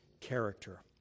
character